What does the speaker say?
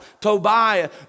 Tobiah